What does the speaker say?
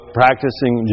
practicing